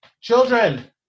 children